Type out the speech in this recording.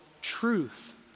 truth